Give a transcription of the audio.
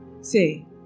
say